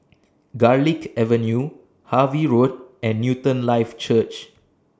Garlick Avenue Harvey Road and Newton Life Church